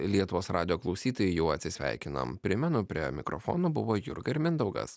lietuvos radijo klausytojai jau atsisveikinam primenu prie mikrofono buvo jurga ir mindaugas